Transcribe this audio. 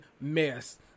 mess